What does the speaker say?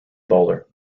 bowler